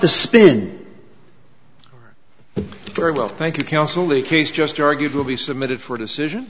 the spin very well thank you counsel the case just argued will be submitted for decision